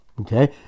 Okay